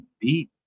beat